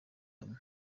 hamwe